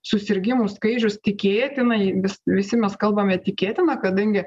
susirgimų skaičius tikėtinai vis visi mes kalbame tikėtina kadangi